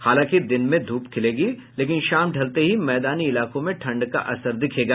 हालांकि दिन में धूप खिलेगी लेकिन शाम ढलते ही मैदानी इलाकों में ठंड का असर दिखेगा